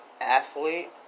athlete